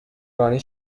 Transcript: رانی